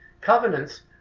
Covenants